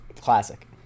classic